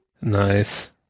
Nice